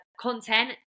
content